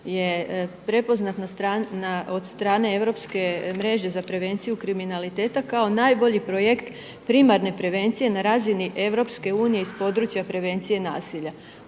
je prepoznat od strane Europske mreže za prevenciju kriminaliteta kao najbolji projekt primarne prevencije na razini EU iz područja prevencije nasilja.